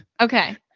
Okay